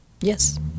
yes